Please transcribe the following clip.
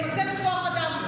אין מצבת כוח אדם.